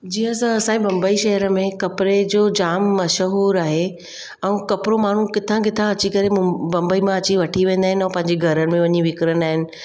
जीअं सां असांजे बम्बई शहर में कपिड़े जो जाम मशहूरु आहे ऐं कपिड़ो माण्हू किथां किथां अची करे बम्बई मां अची वठी वेंदा आहिनि ऐं पंहिंजे घरनि में वञी विकिणंदा आहिनि